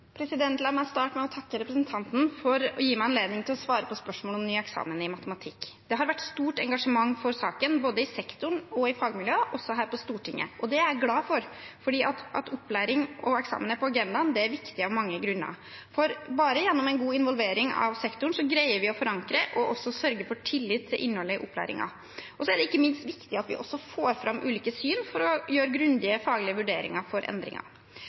La meg starte med å takke representanten for å gi meg anledning til å svare på spørsmål om ny eksamen i matematikk. Det har vært stort engasjement for saken både i sektoren, i fagmiljøer og også her på Stortinget. Det er jeg glad for. At opplæring og eksamen er på agendaen, er viktig av mange grunner. Bare gjennom en god involvering av sektoren greier vi å forankre og sørge for tillit til innholdet i opplæringen. Det er ikke minst viktig at vi også får fram ulike syn for å gjøre grundige faglige vurderinger for